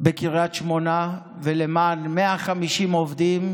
בקריית שמונה ולמען 150 עובדים,